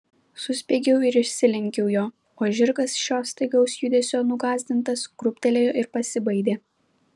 suspiegiau ir išsilenkiau jo o žirgas šio staigaus judesio nugąsdintas krūptelėjo ir pasibaidė